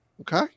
Okay